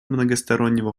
многостороннего